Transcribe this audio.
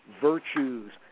virtues